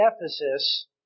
Ephesus